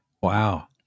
Wow